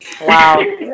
wow